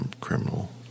Criminal